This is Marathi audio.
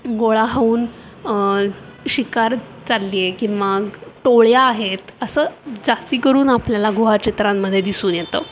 गोळा हाऊन शिकार चालली आहे किंवा टोळ्या आहेत असं जास्त करून आपल्याला गुहाचित्रांमध्ये दिसून येतं